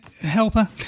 helper